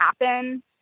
happen